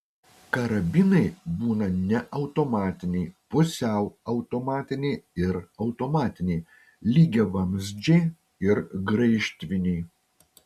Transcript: karabinai būna neautomatiniai pusiau automatiniai ir automatiniai lygiavamzdžiai ir graižtviniai